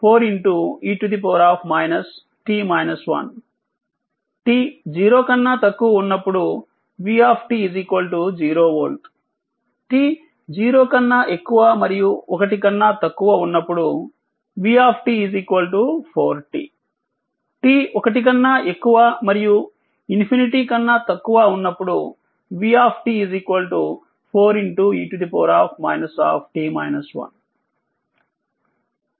t 0 కన్నా తక్కువ ఉన్నప్పుడు v0 వోల్ట్ t 0 కన్నా ఎక్కువ మరియు 1 కన్నా తక్కువ ఉన్నప్పుడు v4t t 1 కన్నా ఎక్కువ మరియు ∞ కన్నా తక్కువ ఉన్నప్పుడు v4e